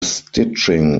stitching